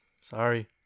Sorry